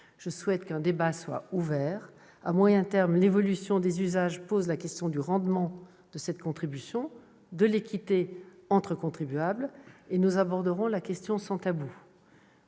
je souhaite qu'un débat soit ouvert. À moyen terme, l'évolution des usages pose la question du rendement de cette contribution et de l'équité entre contribuables. Nous aborderons la question sans tabou.